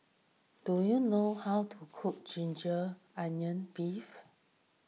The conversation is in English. do you know how to cook Ginger Onions Beef